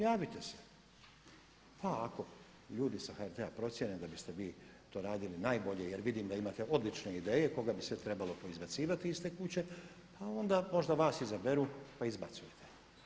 Javite se, pa ako ljudi sa HRT-a procijene da biste vi to radili najbolje jer vidim da imate odlične ideje koga bi sve trebalo poizbacivati iz te kuće, pa onda možda vas izaberu, pa izbacujte.